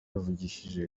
yavugishije